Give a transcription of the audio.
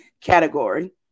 category